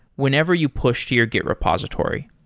whenever you push to your git repository.